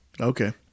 Okay